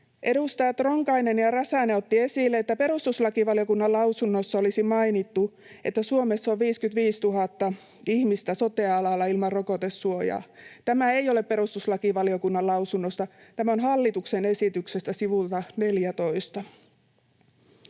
Edustajat Ronkainen ja Räsänen ottivat esille, että perustuslakivaliokunnan lausunnossa olisi mainittu, että Suomessa on 55 000 ihmistä sote-alalla ilman rokotesuojaa. Tämä ei ole perustuslakivaliokunnan lausunnosta. Tämä on hallituksen esityksestä, sivulta 14.